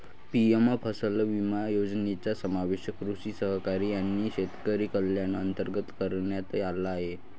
PM फसल विमा योजनेचा समावेश कृषी सहकारी आणि शेतकरी कल्याण अंतर्गत करण्यात आला आहे